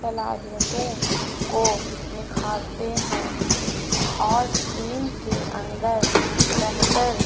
صلاحیتوں کو نکھارتے ہیں اور ٹیم کے اندر بہتر